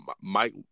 Mike